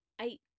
eight